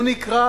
הוא נקרא: